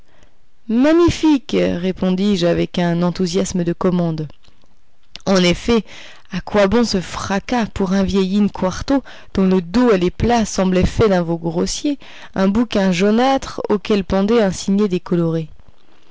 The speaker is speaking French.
magnifique répondis-je avec un enthousiasme de commande en effet à quoi bon ce fracas pour un vieil in-quarto dont le dos et les plats semblaient faits d'un veau grossier un bouquin jaunâtre auquel pendait un signet décoloré